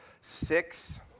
six